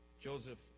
Joseph